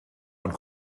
und